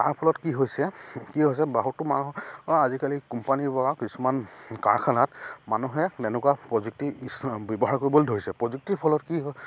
তাৰ ফলত কি হৈছে কি হৈছে বহুতো মানুহ আজিকালি কোম্পানীৰ পৰা কিছুমান কাৰখানাত মানুহে তেনেকুৱা প্ৰযুক্তি ব্যৱহাৰ কৰিবলৈ ধৰিছে প্ৰযুক্তিৰ ফলত কি